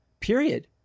period